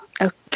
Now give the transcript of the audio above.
Okay